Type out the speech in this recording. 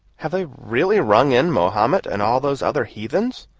have they really rung in mahomet and all those other heathens?